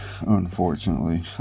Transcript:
unfortunately